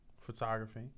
photography